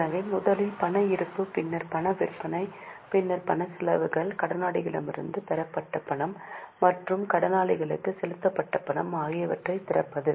எனவே முதலில் பண இருப்பு பின்னர் பண விற்பனை பின்னர் பணச் செலவுகள் கடனாளியிடமிருந்து பெறப்பட்ட பணம் மற்றும் கடனாளிக்கு செலுத்தப்பட்ட பணம் ஆகியவற்றைத் திறப்பது